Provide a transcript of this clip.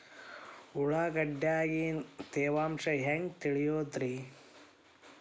ಉಳ್ಳಾಗಡ್ಯಾಗಿನ ತೇವಾಂಶ ಹ್ಯಾಂಗ್ ತಿಳಿಯೋದ್ರೇ?